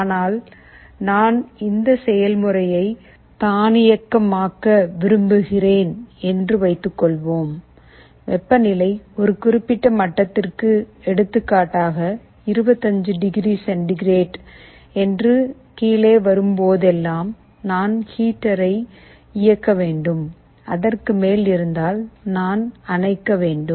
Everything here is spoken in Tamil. ஆனால் நான் இந்த செயல்முறையை தானியக்கமாக்க விரும்புகிறேன் என்று வைத்துக்கொள்வோம் வெப்பநிலை ஒரு குறிப்பிட்ட மட்டத்திற்கு எடுத்துக்காட்டாக 25 டிகிரி சென்டிகிரேட் என்று கீழே வரும் போதெல்லாம் நான் ஹீட்டரை இயக்க வேண்டும் அதற்கு மேல் இருந்தால் நான் அணைக்க வேண்டும்